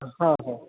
हँ हँ